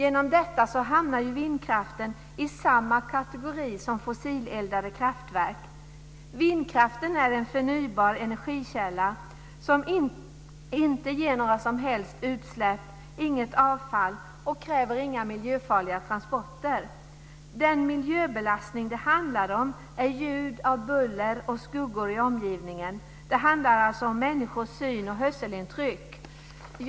Genom detta hamnar ju vindkraften i samma kategori som fossileldade kraftverk. Vindkraften är en förnybar energikälla som inte ger några som helst utsläpp, inget avfall och inte kräver några miljöfarliga transporter. Den miljöbelastning det handlar om är buller och skuggor i omgivningen. Det handlar alltså om människors syn och hörselintryck.